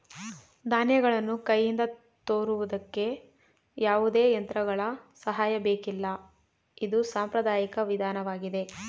ಧಾನ್ಯಗಳನ್ನು ಕೈಯಿಂದ ತೋರುವುದಕ್ಕೆ ಯಾವುದೇ ಯಂತ್ರಗಳ ಸಹಾಯ ಬೇಕಿಲ್ಲ ಇದು ಸಾಂಪ್ರದಾಯಿಕ ವಿಧಾನವಾಗಿದೆ